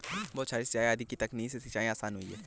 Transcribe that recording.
बौछारी सिंचाई आदि की तकनीक से सिंचाई आसान हुई है